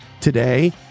today